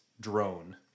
drone